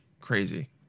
crazy